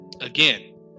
again